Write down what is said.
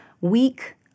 weak